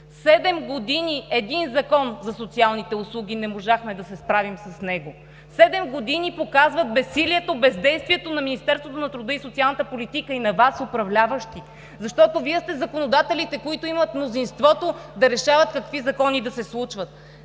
се справим с един Закон за социалните услуги! Седем години показват безсилието, бездействието на Министерството на труда и социалната политика и на Вас, управляващи! Защото Вие сте законодателите, които имат мнозинството да решават какви закони да се случват.